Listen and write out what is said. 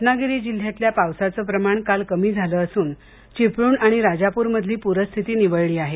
रत्नागिरी जिल्ह्यातल्या पावसाचं प्रमाण काल कमी झालं असून चिपळूण आणि राजाप्रमधली प्रस्थिती निवळली आहे